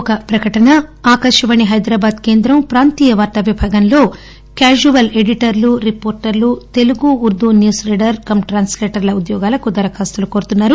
ఒక ప్రకటన ఆకాశవాణి హైదరాబాద్ కేంద్రం ప్రాంతీయ వార్త విభాగంలో క్యాజువల్ ఎడిటర్లు రిపోర్టర్లు తెలుగు ఉర్దూ న్యూస్ రీడర్లు కమ్ ట్రాన్ప్ లేటర్ల ఉద్యోగాలకు దరఖాస్తులు కోరుతున్నారు